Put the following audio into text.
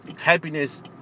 happiness